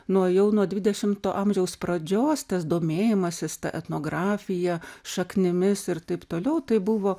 nuo jau nuo dvidešimto amžiaus pradžios tas domėjimasis etnografija šaknimis ir taip toliau tai buvo